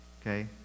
okay